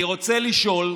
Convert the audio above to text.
אני רוצה לשאול,